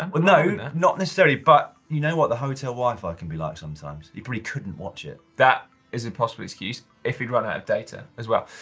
and well no not necessarily, but you know what the hotel wifi can be like sometimes, he probably couldn't watch it. that is a possible excuse if he'd run out of data as well.